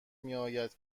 میآید